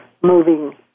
moving